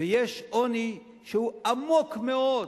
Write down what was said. ויש עוני שהוא עמוק מאוד,